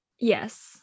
Yes